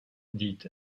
dit